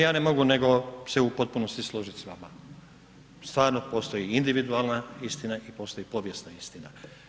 Pa ja ne mogu, nego se u potpunosti složit s vama, stvarno postoji individualna istina i postoji povijesna istina.